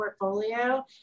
portfolio